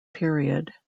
period